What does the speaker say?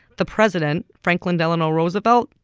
the president, franklin delano roosevelt,